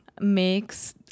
mix